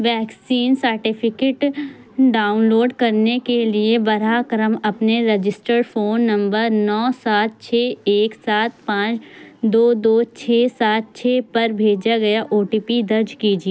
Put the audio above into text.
vaccine certificate download کرنے کے لیے براہ کرم اپنے رجسٹر فون نمبر نو سات چھ ایک سات پانچ دو دو چھ سات چھ پر بھیجا گیا او ٹی پی درج کیجیے